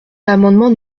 l’amendement